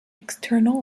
external